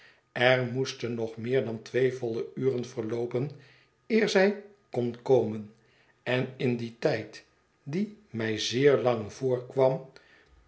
er moesten nog meer dan twee volle uren verloopen eer zij kon komen en in dien tijd die mij zeer lang voorkwam